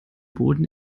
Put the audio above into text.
boden